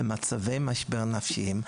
במצבי משבר נפשיים,